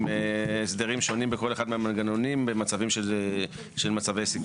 הסדרים שונים בכל אחד מהמנגנונים במצבי סיכון,